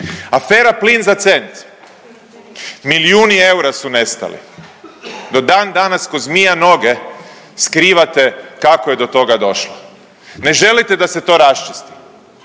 Afera „Plin za cent“ milijuni eura su nestali. Do dan danas ko' zmija noge skrivate kako je do toga došlo, ne želite da se to raščisti.